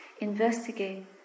investigate